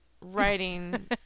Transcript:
writing